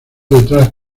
detrás